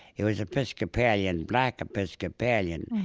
it was episcopalian, black episcopalian,